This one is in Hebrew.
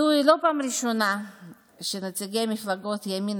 זו לא הפעם הראשונה שנציגי מפלגות הימין